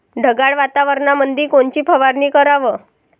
ढगाळ वातावरणामंदी कोनची फवारनी कराव?